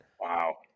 wow